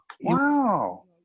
Wow